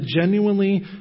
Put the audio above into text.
genuinely